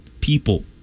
people